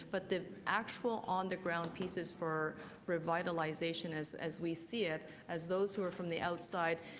but the actual on the ground pieces for revitalization, as as we see it, as those who are from the outside,